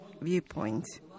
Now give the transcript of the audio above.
viewpoint